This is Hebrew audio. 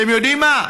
אתם יודעים מה?